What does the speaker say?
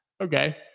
Okay